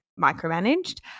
micromanaged